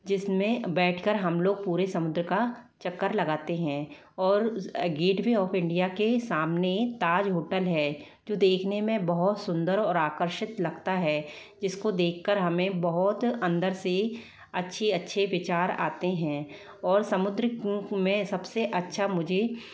जिसमें बैठकर हमलोग पूरे समुद्र का चक्कर लगाते हैं और गेटवे ऑफ इंडीया के सामने ताज होटल है जो देखने में बहुत सुंदर और आकर्षित लगता है जिसको देखकर हमें बहुत अंदर से अच्छे अच्छे विचार आते हैं और समुद्र में सबसे अच्छा मुझे